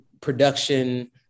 production